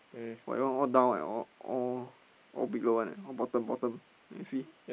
why your one all down eh all all all below one eh all bottom bottom you see